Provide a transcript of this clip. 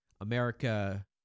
America